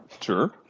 Sure